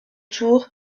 tour